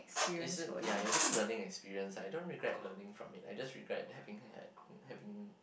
it's a ya is a good learning experience ah I don't regret learning from it I just regret having had having